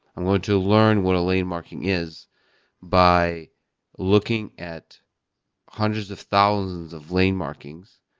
i'm going to learn what a lane marking is by looking at hundreds of thousands of lane markings.